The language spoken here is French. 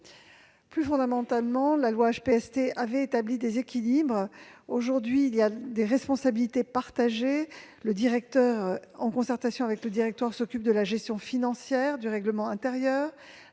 Plus fondamentalement, la loi HPST avait établi des équilibres. Aujourd'hui, il y a des responsabilités partagées. Le directeur, en concertation avec le directoire, s'occupe de la gestion financière, du règlement intérieur,